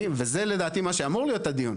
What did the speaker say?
וזה מה שלדעתי אמור להיות הדיון.